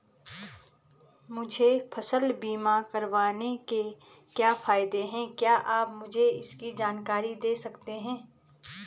मुझे फसल बीमा करवाने के क्या फायदे हैं क्या आप मुझे इसकी जानकारी दें सकते हैं?